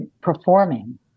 performing